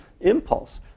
impulse